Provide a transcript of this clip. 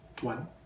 one